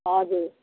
हजुर